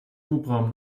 hubraum